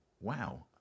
Wow